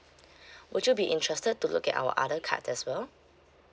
would you be interested to look at our other card as well